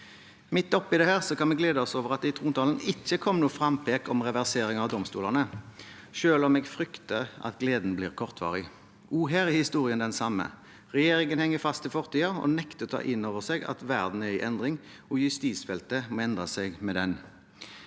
Midt oppi dette kan vi glede oss over at det i trontalen ikke kom noe frempek om reversering av domstolene, selv om jeg frykter at gleden blir kortvarig. Også her er historien den samme: Regjering henger fast i fortiden og nekter å ta innover seg at verden er i endring, og at justisfeltet må endre seg med den.